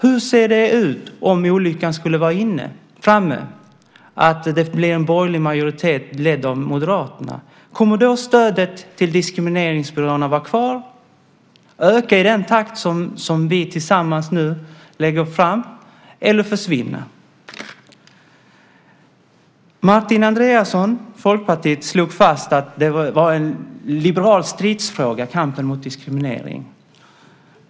Hur ser det ut om olyckan skulle vara framme och det blir en borgerlig majoritet ledd av Moderaterna, kommer stödet till diskrimineringsbyråerna vara kvar, öka i den takt som vi tillsammans nu lägger fram förslag om eller försvinna? Martin Andreasson, Folkpartiet, slog fast att kampen mot diskriminering var en liberal stridsfråga.